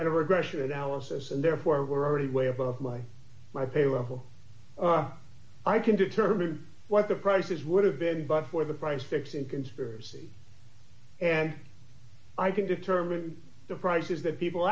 regression analysis and therefore were already way above my my pay well i can determine what the prices would have been but for the price fixing conspiracy and i can determine the prices that people